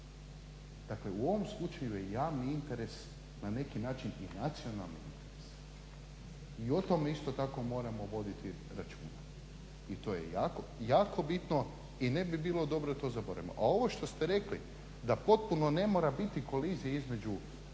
Dakle u ovom slučaju je javni interes na neki način i nacionalni i o tom isto tako moramo voditi računa i to je jako bitno i ne bi bilo dobro to …. A ovo što ste rekli da potpuno ne mora biti u koliziji između